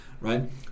right